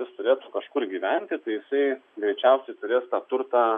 jis turėtų kažkur gyventi tai jisai greičiausiai turės tą turtą